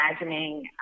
imagining